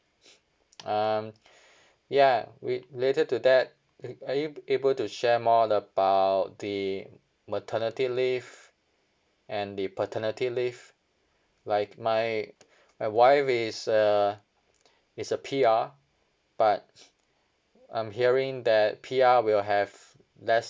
um ya with related to that like are you able to share more about the maternity leave and the paternity leave like my my wife is a is a P_R but I'm hearing that P_R will have uh uh less